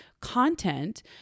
content